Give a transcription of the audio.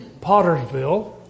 Pottersville